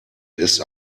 ist